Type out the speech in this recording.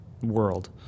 world